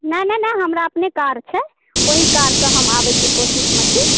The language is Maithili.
नहि नहि नहि हमरा अपने कार छै ओही कारसँ हम आबैके कोशिशमे छी